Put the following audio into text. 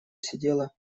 сидела